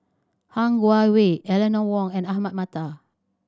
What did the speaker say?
Han Guangwei Eleanor Wong and Ahmad Mattar